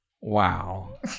Wow